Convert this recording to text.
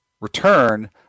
return